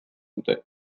dute